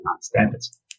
standards